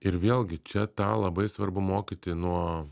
ir vėlgi čia tą labai svarbu mokyti nuo